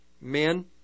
men